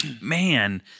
man